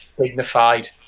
dignified